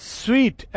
sweet